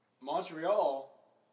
Montreal